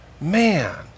Man